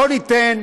בואו ניתן,